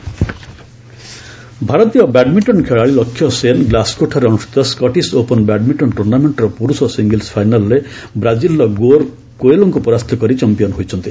badminton ଭାରତୀୟ badminton ଖେଳାଳି ଲକ୍ଷ୍ୟ ସେନ୍ ଗ୍ଲାସ୍ଗୋଠାରେ ଅନୁଷ୍ଠିତ ସ୍କଟିସ୍ ଓପନ୍ ବ୍ୟାଡ୍ମିଣ୍ଟନ୍ ଟୁର୍ଣ୍ଣାମେଣ୍ଟର ପୁରୁଷ ସିଙ୍ଗଲ୍ସ୍ ଫାଇନାଲ୍ରେ ବ୍ରାଟିଲ୍ର ଗୋର୍ କୋଏଲୋଙ୍କୁ ପରାସ୍ତ କରି ଚାମ୍ପିୟନ୍ ହୋଇଛନ୍ତି